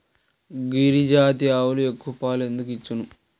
గిరిజాతి ఆవులు ఎక్కువ పాలు ఎందుకు ఇచ్చును?